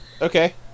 Okay